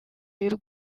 y’u